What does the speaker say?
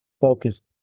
focused